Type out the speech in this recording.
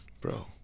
Bro